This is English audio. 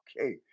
Okay